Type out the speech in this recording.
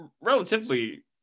relatively